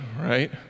right